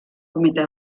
comité